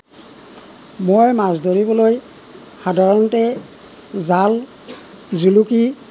মই মাছ ধৰিবলৈ সাধাৰণতে জাল জুলুকি